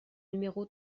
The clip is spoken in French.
numéro